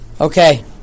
Okay